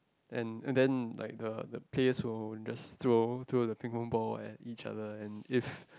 and and then like the the players will just throw throw the Ping-Pong ball at each other and if